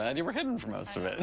and you were hidden for most of it.